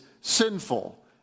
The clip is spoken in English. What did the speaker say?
sinful